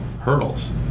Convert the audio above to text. hurdles